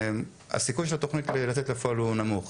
הסיכוי של התכנית לצאת לפועל הוא נמוך,